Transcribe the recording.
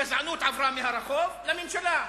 הגזענות עברה מהרחוב לממשלה.